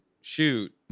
shoot